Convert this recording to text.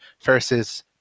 versus